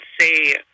say